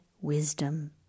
Wisdom